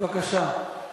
בבקשה.